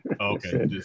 Okay